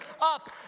up